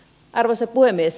arvoisa puhemies